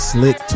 Slick